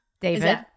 David